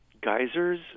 geysers